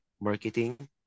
marketing